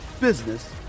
business